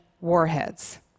warheads